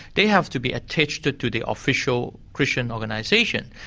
they have to be attached to to the official christian organisation.